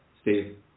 Steve